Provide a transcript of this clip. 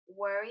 worry